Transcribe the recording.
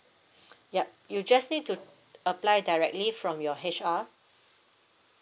yup you just need to uh apply directly from your H_R